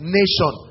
nation